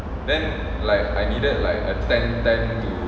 then like I needed like a ten ten to